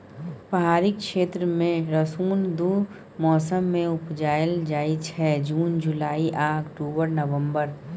पहाड़ी क्षेत्र मे रसुन दु मौसम मे उपजाएल जाइ छै जुन जुलाई आ अक्टूबर नवंबर